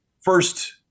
first